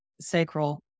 sacral